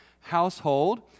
household